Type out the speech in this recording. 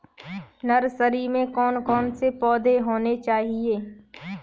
Nursery में कौन कौन से पौधे होने चाहिए?